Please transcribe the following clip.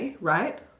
right